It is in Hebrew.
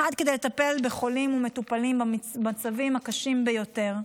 1. כדי לטפל בחולים ומטופלים במצבים הקשים ביותר,